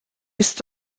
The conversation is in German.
ist